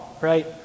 right